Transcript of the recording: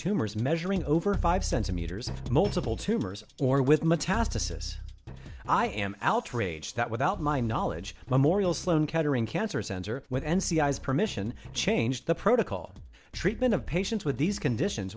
tumors measuring over five centimeters of multiple tumors or with metastasis i am outraged that without my knowledge memorial sloan kettering cancer center with any permission change the protocol treatment of patients with these conditions